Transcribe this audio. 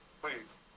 please